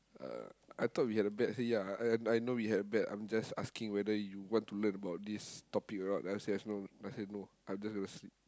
uh I thought we had a bet I say yeah and I know we had a bet I'm just asking whether you want to learn about this topic or not then I said I have no I said no I just want to sleep